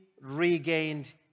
regained